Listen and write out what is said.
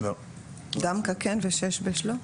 דמקה כן ושש-בש לא?